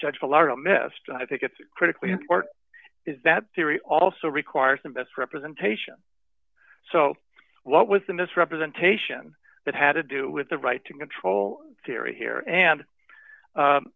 judge alarmist i think it's critically important is that theory also requires the best representation so what was the misrepresentation that had to do with the right to control theory